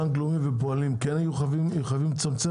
בנק לאומי ופועלים כן יהיו חייבים לצמצם